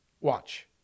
Watch